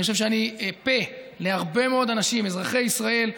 אני חושב שאני פה להרבה מאוד אנשים, אזרחי ישראל.